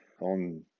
on